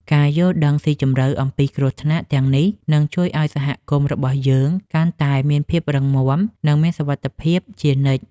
ការយល់ដឹងស៊ីជម្រៅអំពីគ្រោះថ្នាក់ទាំងនេះនឹងជួយឱ្យសហគមន៍របស់យើងកាន់តែមានភាពរឹងមាំ និងមានសុវត្ថិភាពជានិច្ច។